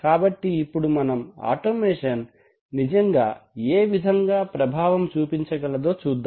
కాబట్టి ఇప్పుడు మనం ఆటోమేషన్ నిజంగా ఏ విధంగా ప్రభావం చూపించగలదో చూద్దాం